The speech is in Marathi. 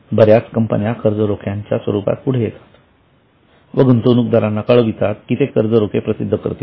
बऱ्याच कंपन्या कर्जरोख्यांचा स्वरूपात पुढे येतात व गुंतवणूकदाराला कळवितात की ते कर्जरोखे प्रसिद्ध करतील